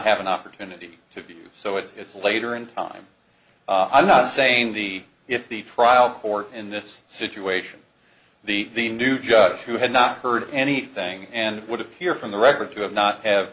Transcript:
have an opportunity to view so if it's later in time i'm not saying the if the trial court in this situation the the new judge who had not heard anything and it would appear from the record to have not have